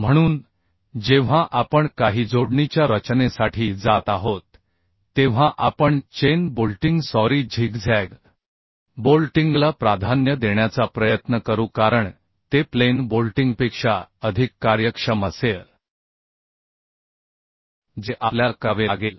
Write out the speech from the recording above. म्हणून जेव्हा आपण काही जोडणीच्या रचनेसाठी जात आहोत तेव्हा आपण चेन बोल्टिंग सॉरी झिगझॅग बोल्टिंगला प्राधान्य देण्याचा प्रयत्न करू कारण ते प्लेन बोल्टिंगपेक्षा अधिक कार्यक्षम असेल जे आपल्याला करावे लागेल